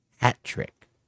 Hat-trick